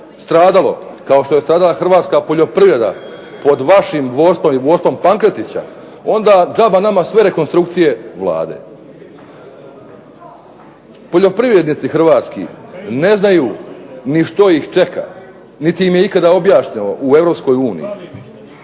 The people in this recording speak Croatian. stradalo kao što je stradala Hrvatska poljoprivreda pod vašim vodstvom i vodstvom Pankretića onda džaba nama sve rekonstrukcije Vlade. Poljoprivrednici Hrvatski ne znaju što ih čeka, niti im je nikada objašnjeno, u